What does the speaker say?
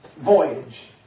voyage